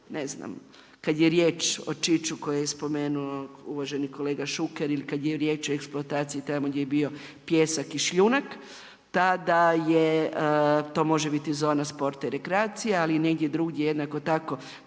ne znam, kad je riječ o Čiću koje je spomenuo uvaženi kolega Šuker i kada je riječ o eksploataciji tamo gdje je bio pijesak i šljunak. Tada to može biti zona sporta i rekreacije, ali negdje drugdje, jednako tako